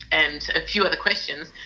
and a few other questions,